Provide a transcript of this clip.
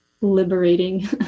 liberating